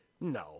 no